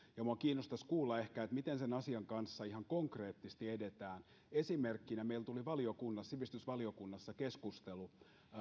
minua kiinnostaisi kuulla ehkä miten sen asian kanssa ihan konkreettisesti edetään esimerkkinä meillä tuli sivistysvaliokunnassa keskustelu